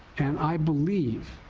and i believe,